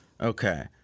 Okay